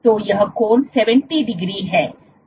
तो यह कोण 70 डिग्री है